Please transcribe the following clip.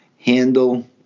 handle